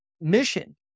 mission